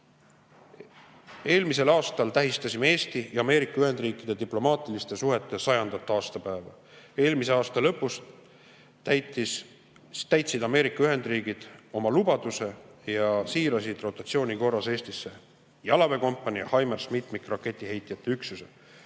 Eelmisel aastal tähistasime Eesti ja Ameerika Ühendriikide diplomaatiliste suhete 100. aastapäeva. Eelmise aasta lõpus täitsid Ameerika Ühendriigid oma lubaduse ja siirsid rotatsiooni korras Eestisse jalaväekompanii ja HIMARS-mitmikraketiheitjate üksuse,